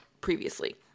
previously